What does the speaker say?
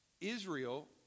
Israel